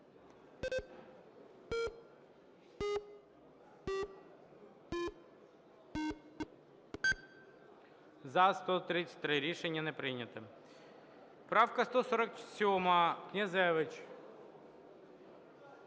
За-133 Рішення не прийнято. Правка 147, Князевич.